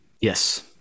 Yes